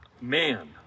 man